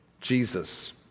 Jesus